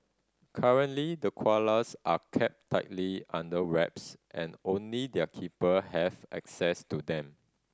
currently the koalas are kept tightly under wraps and only their keeper have access to them